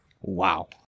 Wow